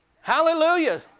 Hallelujah